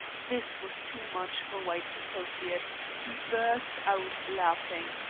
this was too much for white's associate. he burst out laughing.